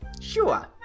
Sure